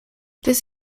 this